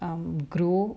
um grew